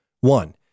One